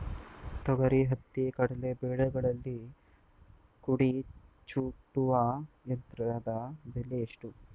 ತೊಗರಿ, ಹತ್ತಿ, ಕಡಲೆ ಬೆಳೆಗಳಲ್ಲಿ ಕುಡಿ ಚೂಟುವ ಯಂತ್ರದ ಬೆಲೆ ಎಷ್ಟು?